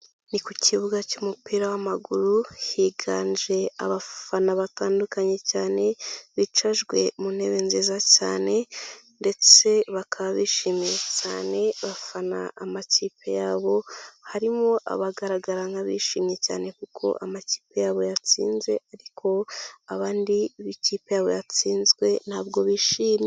Ni ku kibuga cy'umupira w'amaguru higanje abafana batandukanye cyane bicajwe mu ntebe nziza cyane ndetse bakaba bishimiye cyane abafana amakipe yabo harimo abagaragara nk'abishimye cyane kuko amakipe yabo yatsinze ariko abandi bo ikipe yabo yatsinzwe ntabwo bishimye.